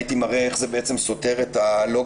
הייתי מראה איך זה סותר את הלוגיקה